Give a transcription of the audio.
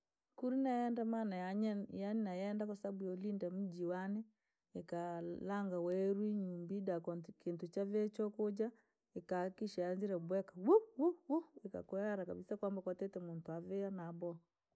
Kuri, nayeenda maana yaanye yanjenda kwasababu yoolinda muji wane, ikaa laanga wenuu nyumbi daa koo kintu chavia chookuuja, ikahakikisha yaanzire kubweka ikakakuhera kabisa kwamba kwatitee muntu avia naboowa.